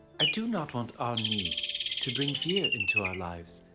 i do not want our need to bring fear into our lives.